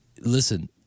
listen